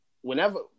whenever